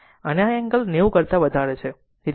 અને આ 10 છે તેથી આ એંગલ 90 કરતા વધારે છે